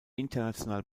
international